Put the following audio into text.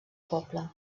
poble